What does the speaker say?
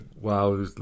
wow